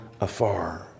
afar